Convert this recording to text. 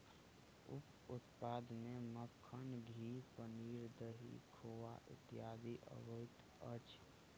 उप उत्पाद मे मक्खन, घी, पनीर, दही, खोआ इत्यादि अबैत अछि